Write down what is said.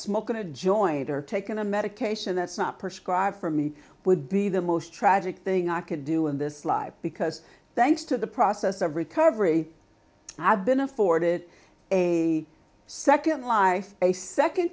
smoking a joint or taken a medication that's not prescribe for me would be the most tragic thing i could do in this life because thanks to the process of recovery i've been afforded a second life a second